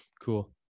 Cool